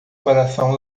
coração